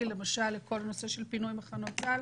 למשל לכל הנושא של פינוי מחנות צה"ל,